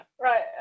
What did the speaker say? Right